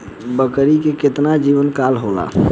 बकरी के केतना जीवन काल होला?